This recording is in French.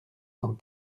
cent